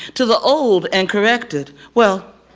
to the old and corrected, well,